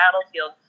battlefield